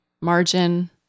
margin